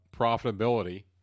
profitability